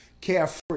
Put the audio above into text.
carefree